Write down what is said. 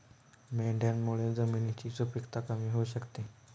मेंढ्यांमुळे जमिनीची सुपीकता कमी होऊ शकते